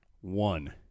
One